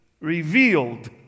revealed